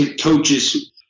coaches